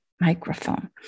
microphone